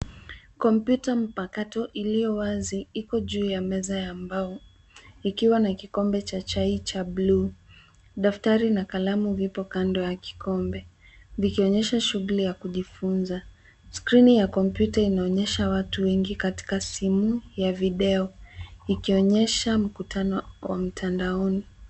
Kompyuta mpakato iliyo wazi iko juu ya meza ya mbao ikiwa na kikombe cha chai cha bluu. Daftari na kalamu vipo kando ya kikombe vikionyesha shughuli ya kujifunza. Skrini ya kompyuta inaonyesha watu wengi katika simu ya video ikionyesha mkutano wa mtandaoni.